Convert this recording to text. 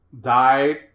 died